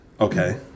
Okay